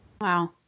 Wow